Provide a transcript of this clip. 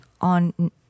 on